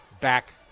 back